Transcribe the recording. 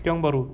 tiong bahru